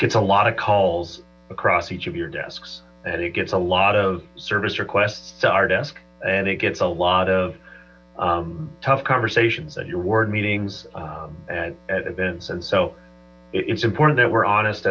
gets a lot of calls across each of your desks and it gets a lot of service requests to our desk and it gets a lot of tough conversations at your word meetings and at events and so it's important that we're honest